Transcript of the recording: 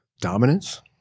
dominance